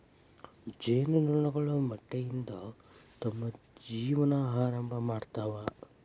ಜೇನು ನೊಣಗಳು ಮೊಟ್ಟೆಯಿಂದ ತಮ್ಮ ಜೇವನಾ ಆರಂಭಾ ಮಾಡ್ತಾವ